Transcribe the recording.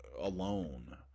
alone